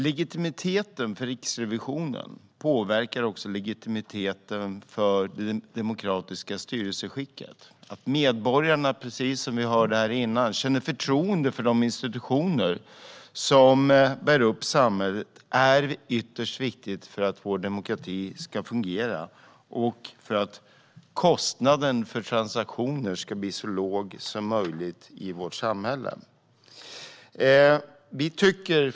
Legitimiteten för Riksrevisionen påverkar även legitimiteten för det demokratiska styrelseskicket. Som vi hörde tidigare är det ytterst viktigt att medborgarna känner förtroende för de institutioner som bär upp samhället för att vår demokrati ska fungera och för att kostnaden för transaktioner i vårt samhälle ska bli så låg som möjligt.